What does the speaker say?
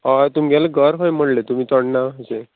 हय तुमगेलें घर खंय म्हणलें तुमी चोडणा अशें